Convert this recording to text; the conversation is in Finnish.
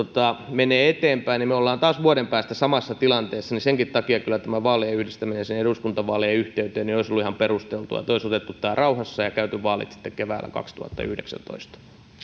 menee eteenpäin niin me olemme taas vuoden päästä samassa tilanteessa ja senkin takia kyllä tämä vaalien yhdistäminen siihen eduskuntavaalien yhteyteen olisi ollut ihan perusteltua että olisi otettu tämä rauhassa ja käyty vaalit sitten keväällä kaksituhattayhdeksäntoista